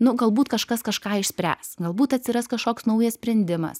nu galbūt kažkas kažką išspręs galbūt atsiras kažkoks naujas sprendimas